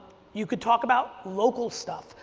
you could talk about local stuff.